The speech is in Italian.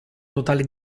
totale